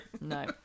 No